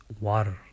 water